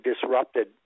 disrupted